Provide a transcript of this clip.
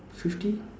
fifty